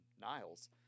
Niles